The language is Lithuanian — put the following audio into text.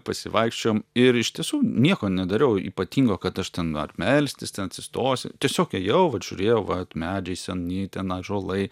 pasivaikščiojom ir iš tiesų nieko nedariau ypatingo kad aš ten melstis ten atsistosi tiesiog ėjau vat žiūrėjau vat medžiai seni ten ąžuolai